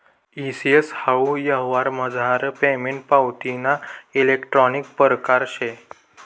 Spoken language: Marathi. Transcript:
ई सी.एस हाऊ यवहारमझार पेमेंट पावतीना इलेक्ट्रानिक परकार शे